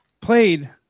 Played